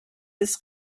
des